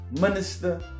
minister